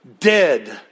dead